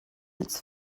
its